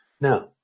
Now